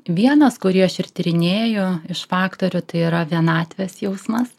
vienas kurį aš ir tyrinėju iš faktorių tai yra vienatvės jausmas